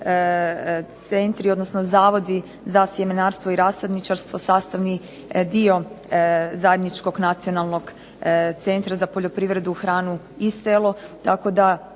centri, odnosno Zavodi za sjemenarstvo i rasadničarstvo sastavni dio zajedničkog Nacionalnog centra za poljoprivredu, hranu i selo.